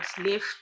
lift